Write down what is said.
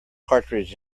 cartridge